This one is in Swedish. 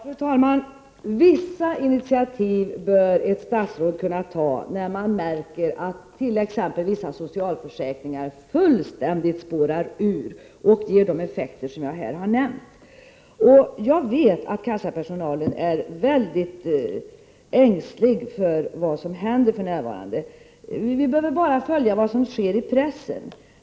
Fru talman! Vissa initiativ bör ett statsråd kunna ta när statsrådet märker att t.ex. vissa socialförsäkringar fullständigt spårar ur och ger de nämnda effekterna. Jag vet att kassapersonalen är mycket ängslig för vad som för närvarande händer. Vi behöver bara följa vad som sker i pressen.